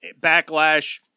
backlash